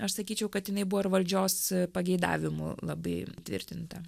aš sakyčiau kad jinai buvo ir valdžios pageidavimu labai tvirtinta